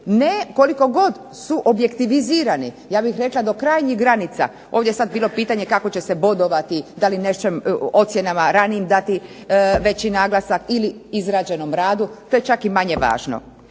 koliko god su objektivizirani, ja bih rekla do krajnjih granica, ovdje je sad bilo pitanje kako će se bodovati, da li ocjenama ranijim dati veći naglasak ili izrađenom radu, to je čak i manje važno.